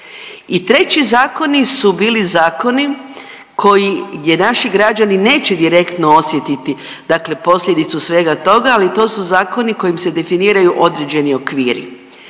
I treći zakoni su bili zakoni koji, gdje naši građani neće direktno osjetiti, dakle posljedicu svega toga, ali to su zakoni kojim se definiraju određeni okviri.